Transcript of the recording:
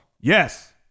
Yes